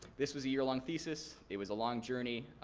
this was a year long thesis, it was a long journey.